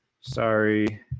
Sorry